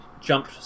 jump